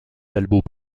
talbot